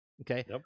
okay